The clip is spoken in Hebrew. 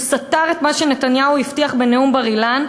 הוא סתר את מה שנתניהו הבטיח בנאום בר-אילן.